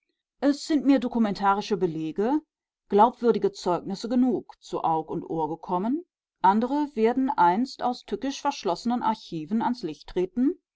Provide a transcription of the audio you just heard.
es sind mir dokumentarische belege glaubwürdige zeugnisse genug zu aug und ohr gekommen andere werden einst aus tückisch verschlossenen archiven ans licht treten